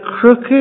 crooked